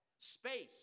Space